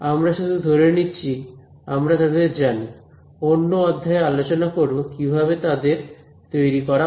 আমরা শুধু ধরে নিচ্ছি আমরা তাদের জানি অন্য অধ্যায়ে আলোচনা করব কিভাবে তাদের তৈরি করা হয়